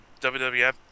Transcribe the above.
WWF